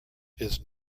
his